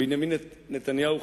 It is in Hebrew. בנימין נתניהו,